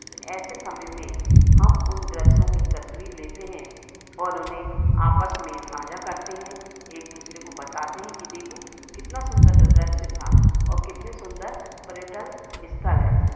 तो ऐसे समय में हम उन दृश्यों की तस्वीर लेते हैं और उन्हें आपस में साझा करते हैं एक दूसरे को बताते हैं कि देखो कितना सुंदर दृश्य था और कितने सुंदर पर्यटल स्थल हैं